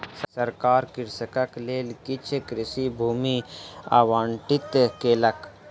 सरकार कृषकक लेल किछ कृषि भूमि आवंटित केलक